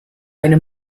eine